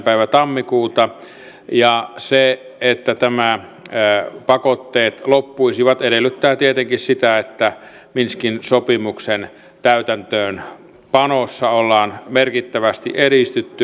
päivä tammikuuta ja se että nämä pakotteet loppuisivat edellyttää tietenkin sitä että minskin sopimuksen täytäntöönpanossa ollaan merkittävästi edistytty